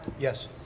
Yes